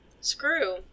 screw